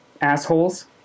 assholes